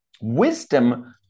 Wisdom